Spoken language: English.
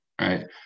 right